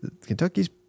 Kentucky's